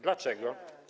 Dlaczego?